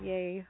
Yay